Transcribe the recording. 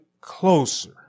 closer